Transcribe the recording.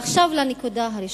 ועכשיו לנקודה הראשונה,